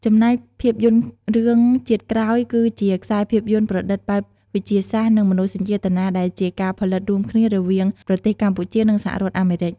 ចំណែកភាពយន្តរឿង ជាតិក្រោយ គឺជាខ្សែភាពយន្ត ប្រឌិតបែបវិទ្យាសាស្ត្រនិងមនោសញ្ចេតនាដែលជាការផលិតរួមគ្នារវាងប្រទេស កម្ពុជា និងសហរដ្ឋអាមេរិក ។